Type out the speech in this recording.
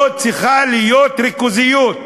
לא צריכה להיות ריכוזיות,